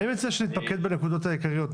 אני מציע שנתמקד בנקודות העיקריות.